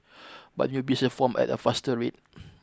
but new blisters formed at a faster rate